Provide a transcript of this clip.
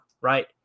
right